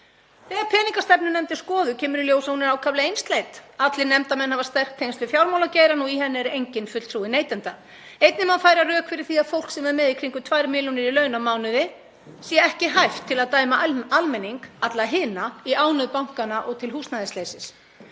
Þegar peningastefnunefnd er skoðuð kemur í ljós að hún er ákaflega einsleit. Allir nefndarmenn hafa sterk tengsl við fjármálageirann og í henni er enginn fulltrúi neytenda. Einnig má færa rök fyrir því að fólk sem er með í kringum 2 milljónir í laun á mánuði sé ekki hæft til að dæma almenning, alla hina, í ánauð bankanna og til húsnæðisleysis.